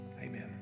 Amen